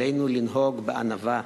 עלינו לנהוג בענווה.